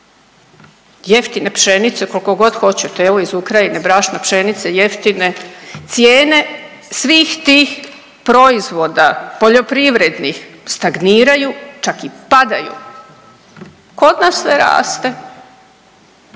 Jeftine pšenice koliko god hoćete. Evo iz Ukrajine brašna, pšenice jeftine, cijene svih tih proizvoda poljoprivrednih stagniraju, čak i padaju. Kod nas sve raste.